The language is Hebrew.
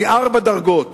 מ-4 דרגות: